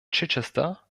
chichester